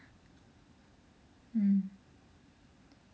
mm